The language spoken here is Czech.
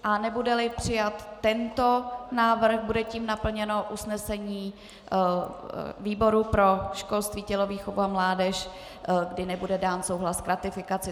A nebudeli přijat tento návrh, bude tím naplněno usnesení výboru pro školství, tělovýchovu a mládež, kdy nebude dán souhlas k ratifikaci.